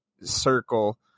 circle